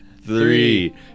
Three